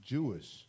Jewish